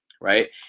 right